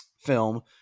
film